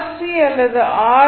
C அல்லது R